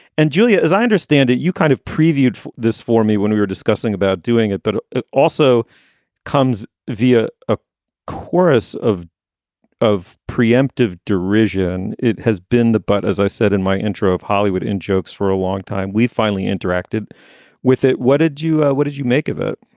and julia, as i understand it, you kind of previewed this for me when we were discussing about doing it, but it also comes via a chorus of of pre-emptive derision it has been the but as i said in my intro of hollywood in-jokes for a long time. we've finally interacted with it. what did you what did you make of it,